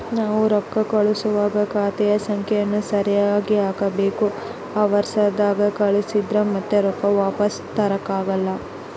ನಾವು ರೊಕ್ಕ ಕಳುಸುವಾಗ ಖಾತೆಯ ಸಂಖ್ಯೆಯನ್ನ ಸರಿಗಿ ಹಾಕಬೇಕು, ಅವರ್ಸದಾಗ ಕಳಿಸಿದ್ರ ಮತ್ತೆ ರೊಕ್ಕ ವಾಪಸ್ಸು ತರಕಾಗಲ್ಲ